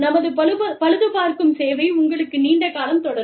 நமது பழுதுபார்க்கும் சேவை உங்களுக்கு நீண்ட காலம் தொடரும்